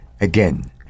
again